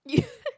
yeah